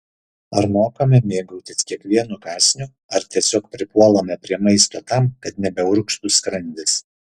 ar mokame mėgautis kiekvienu kąsniu ar tiesiog pripuolame prie maisto tam kad nebeurgztų skrandis